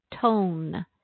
tone